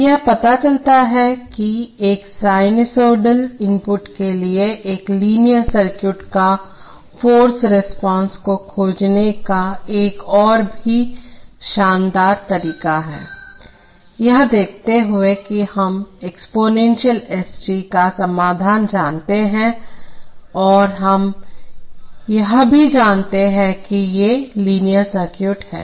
यह पता चला है कि एक साइनसॉइडल इनपुट के लिए एक लीनियर सर्किट की फार्स रिस्पांस को खोजने का एक और भी शानदार तरीका है यह देखते हुए कि हम एक्सपोनेंशियल s t का समाधान जानते हैं और हम यह भी जानते हैं कि ये लीनियर सर्किट हैं